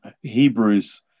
Hebrews